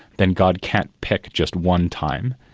then god can't pick just one time,